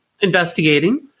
investigating